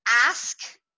Ask